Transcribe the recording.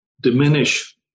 diminish